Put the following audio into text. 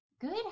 Good